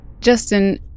Justin